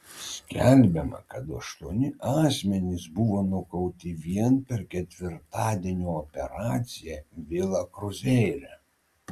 skelbiama kad aštuoni asmenys buvo nukauti vien per ketvirtadienio operaciją vila kruzeire